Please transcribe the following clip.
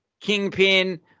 Kingpin